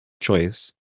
choice